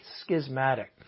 schismatic